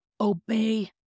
obey